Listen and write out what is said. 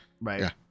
right